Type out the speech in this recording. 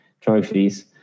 trophies